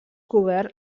cobert